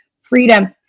freedom